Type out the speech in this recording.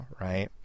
right